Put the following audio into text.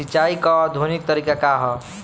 सिंचाई क आधुनिक तरीका का ह?